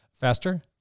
Faster